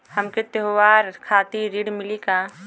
हमके त्योहार खातिर ऋण मिली का?